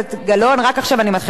רק עכשיו אני מתחילה לספור לך.